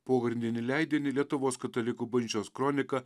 pogrindinį leidinį lietuvos katalikų bažnyčios kronika